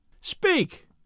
Speak